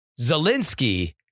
Zelensky